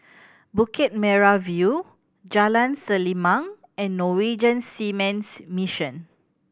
Bukit Merah View Jalan Selimang and Norwegian Seamen's Mission